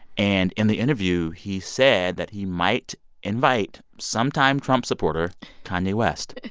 and in the interview, he said that he might invite sometime trump supporter kanye west.